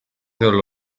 solo